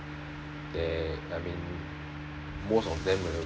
there I mean most of them will